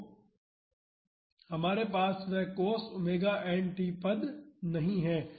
तो हमारे पास वह cos ⍵nt पद नहीं है